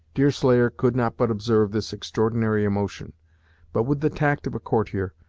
deerslayer could not but observe this extraordinary emotion but with the tact of a courtier,